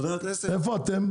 איפה אתם?